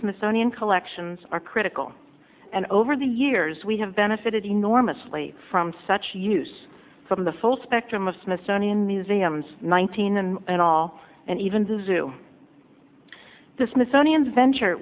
smithsonian collections are critical and over the years we have benefited enormously from such use from the full spectrum of smithsonian museums nineteen and all and even zoo zoo the smithsonian's adventure